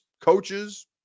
coaches